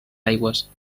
aigües